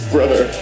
Brother